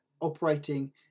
operating